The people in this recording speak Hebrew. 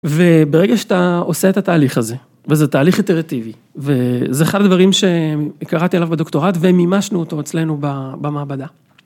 ‫וברגע שאתה עושה את התהליך הזה, ‫וזה תהליך איטרטיבי, ‫וזה אחד הדברים שקראתי עליו בדוקטורט ‫ומימשנו אותו אצלנו במעבדה.